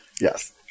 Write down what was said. Yes